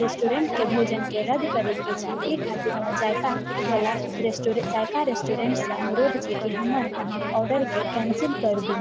रेस्टोरेन्टके भोजनके रद्द करएके छै एहि खातिर हमरा जायका बला रेस्टोरे जायका रेस्टोरेन्टसँ अनुरोध छै कि हमर अहाँ ऑर्डरके कैंसिल कर दु